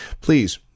please